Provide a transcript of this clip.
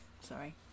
Sorry